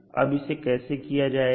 अब इसे कैसे किया जाएगा